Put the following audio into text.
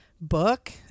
book